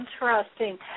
interesting